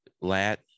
Lat